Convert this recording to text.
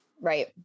right